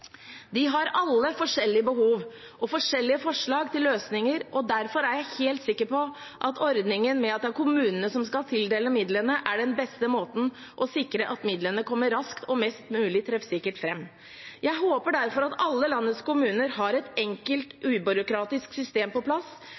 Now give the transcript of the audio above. De har alle forskjellige behov og forskjellige forslag til løsninger. Derfor er jeg helt sikker på at ordningen med at det er kommunene som skal tildele midlene, er den beste måten for å sikre at midlene kommer raskt og mest mulig treffsikkert fram. Jeg håper derfor at alle landets kommuner har et enkelt, ubyråkratisk system på plass,